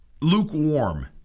lukewarm